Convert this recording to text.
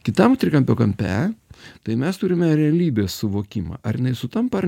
kitam trikampio kampe tai mes turime realybės suvokimą ar jinai sutampa ar